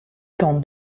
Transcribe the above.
tente